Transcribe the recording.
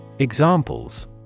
Examples